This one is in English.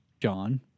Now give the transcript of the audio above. John